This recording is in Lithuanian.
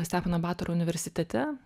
stepono batoro universitete